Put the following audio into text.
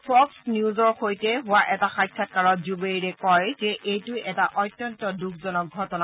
Fox নিউজৰ সৈতে হোৱা এটা সাক্ষাৎকাৰত জূবেইৰে কয় যে এইটো এটা অত্যন্ত দুখজনক ঘটনা